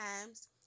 times